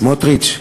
סמוטריץ,